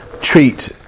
treat